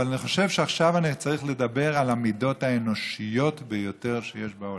אבל אני חושב שעכשיו אני צריך לדבר על המידות האנושיות ביותר שיש בעולם.